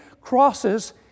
crosses